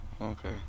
okay